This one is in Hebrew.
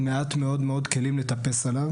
עם מעט מאוד כלים לטפס עליו